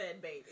baby